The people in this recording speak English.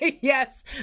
Yes